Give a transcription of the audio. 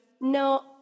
No